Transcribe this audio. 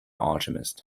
alchemist